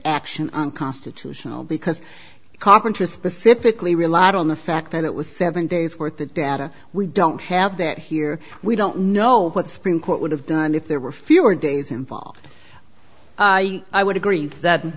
action unconstitutional because congress specifically relied on the fact that it was seven days worth of data we don't have that here we don't know what supreme court would have done if there were fewer days involved i would agree that